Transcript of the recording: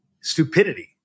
stupidity